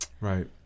Right